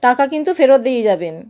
টাকা কিন্তু ফেরত দিয়ে যাবেন